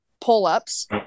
pull-ups